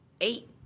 Eight